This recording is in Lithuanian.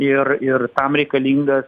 ir ir tam reikalingas